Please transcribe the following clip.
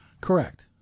Correct